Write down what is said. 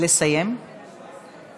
נא לסיים, אדוני.